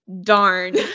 Darn